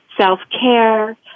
self-care